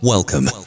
Welcome